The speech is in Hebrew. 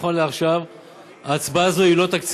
נכון לעכשיו ההצבעה הזאת היא לא תקציבית.